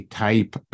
type